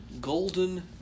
Golden